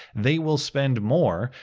they will spend more,